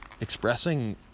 expressing